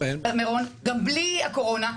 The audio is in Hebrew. גם בלי הקורונה.